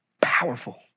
Powerful